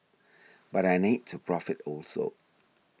but I need to profit also